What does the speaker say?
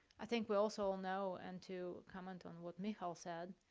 i think we also know, and to comment on what michal said,